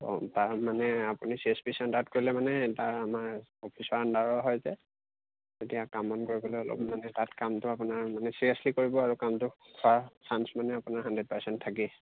অঁ তাৰমানে আপুনি চি এছ পি চেন্টাৰত কৰিলে মানে তাৰ আমাৰ অফিচৰ আণ্ডাৰৰ হয় যে এতিয়া কাম বন কৰিবলৈ অলপ মানে তাত কামটো আপোনাৰ মানে চিৰিয়াছলি কৰিব আৰু কামটো চাঞ্চ মানে আপোনাৰ হাণ্ড্ৰেড পাৰ্চেণ্ট থাকেই